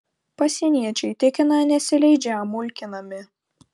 pasieniečiai tikina nesileidžią mulkinami